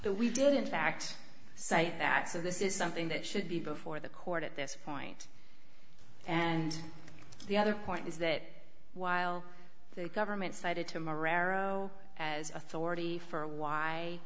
the we did in fact say that so this is something that should be before the court at this point and the other point is that while the government cited tomorrow as authority for why